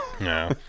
no